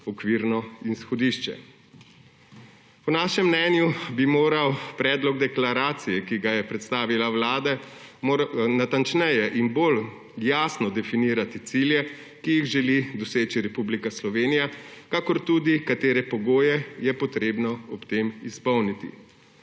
okvirno izhodišče. Po našem mnenju bi moral predlog deklaracije, ki ga je predstavila Vlada, natančneje in bolj jasno definirati cilje, ki jih želi doseči Republika Slovenija, in tudi, katere pogoje je potrebno ob tem izpolniti.